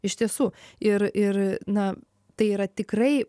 iš tiesų ir ir na tai yra tikrai